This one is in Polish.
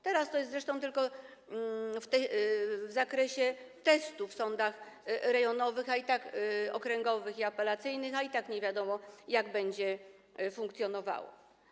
Teraz to jest zresztą tylko w ramach testu w sądach rejonowych, okręgowych i apelacyjnych, a i tak nie wiadomo, jak będzie funkcjonowało.